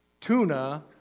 tuna